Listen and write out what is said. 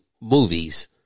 movies